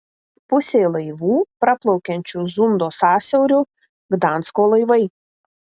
pusė laivų praplaukiančių zundo sąsiauriu gdansko laivai